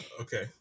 Okay